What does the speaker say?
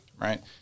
right